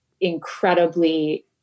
incredibly